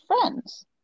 friends